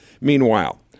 meanwhile